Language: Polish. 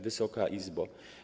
Wysoka Izbo!